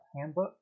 Handbook